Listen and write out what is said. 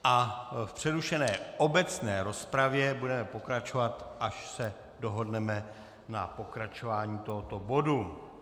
V přerušené obecné rozpravě budeme pokračovat, až se dohodneme na pokračování tohoto bodu.